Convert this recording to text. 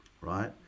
right